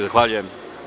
Zahvaljujem.